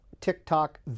TikTok